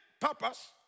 purpose